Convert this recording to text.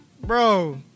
Bro